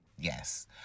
Yes